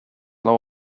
low